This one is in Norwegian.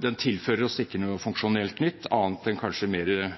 Den tilfører oss ikke noe funksjonelt nytt annet enn kanskje flere